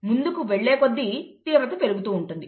ముందుకు వెళ్లే కొద్దీ తీవ్రత పెరుగుతూ ఉంటుంది